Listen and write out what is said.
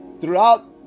throughout